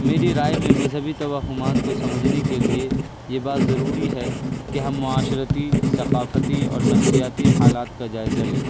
میری رائے میں مذہبی توہمات کو سمجھنے کے لیے یہ بات ضروری ہے کہ ہم معاشرتی ثقافتی اور نفسیاتی حالات کا جائزہ لیں